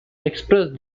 expressed